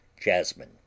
jasmine